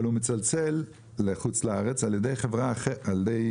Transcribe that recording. הוא מצלצל לחוץ לארץ באמצעות חברה אחרת,